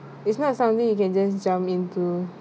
it's not something you can just jump into